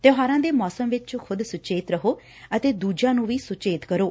ਤਿਉਹਾਰਾਂ ਦੇ ਮੌਸਮ ਵਿਚ ਖੁਦ ਸੁਚੇਤ ਰਹੋ ਅਤੇੱ ਦੂਜਿਆਂ ਨੂੰ ਵੀ ਸੁਚੇਤ ਕਰੋ